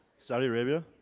saudi arabia?